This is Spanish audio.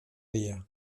día